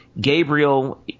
Gabriel